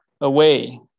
away